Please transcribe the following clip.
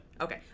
Okay